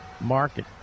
market